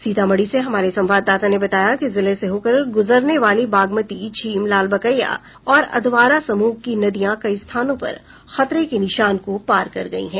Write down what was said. सीतामढ़ी से हमारे संवाददाता ने बताया कि जिले से होकर गुजरने वाली बागमती झीम लालबकेया और अधवारा समूह की नदियां कई स्थानों पर खतरे के निशान को पार कर गयी है